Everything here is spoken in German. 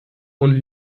und